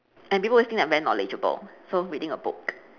and people would think I very knowledgeable so reading a book